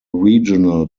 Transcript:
regional